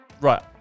right